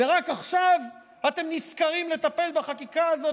רק עכשיו אתם נזכרים לטפל בחקיקה הזאת,